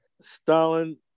stalin